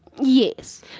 Yes